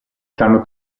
stanno